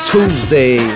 Tuesday